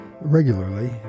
regularly